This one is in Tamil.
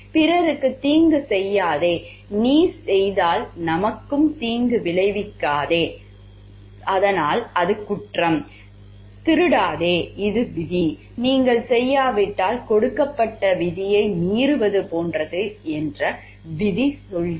பிறருக்குத் தீங்கு செய்யாதே நீ செய்தால் நமக்கும் தீங்கு விளைவிக்காதே அதனால் அது குற்றம் திருடாதே இது விதி நீங்கள் செய்யாவிட்டால் கொடுக்கப்பட்ட விதியை மீறுவது போன்றது என்று விதி சொல்கிறது